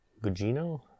Gugino